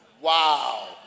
Wow